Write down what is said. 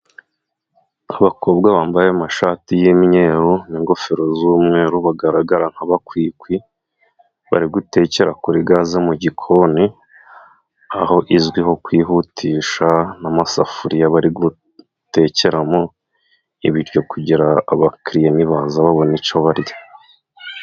Abakobwa bambaye amashati y'imyeru n'gofero z'umweru bagaragara nk'abakwikwi, bari gutekera kuri gaze mu gikoni, aho izwiho kwihutisha n'amasafuriya, bari gutekeramo ibiryo kugira abakiriya nibaza babona icyo barya.